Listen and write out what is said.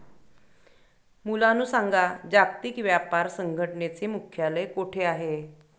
मुलांनो सांगा, जागतिक व्यापार संघटनेचे मुख्यालय कोठे आहे